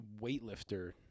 weightlifter